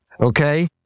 Okay